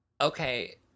Okay